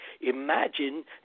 Imagine